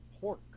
pork